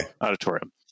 auditorium